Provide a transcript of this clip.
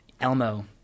Elmo